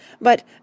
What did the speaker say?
But